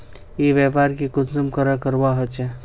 ई व्यापार की कुंसम करवार करवा होचे?